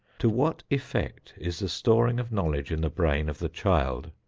to what effect is the storing of knowledge in the brain of the child,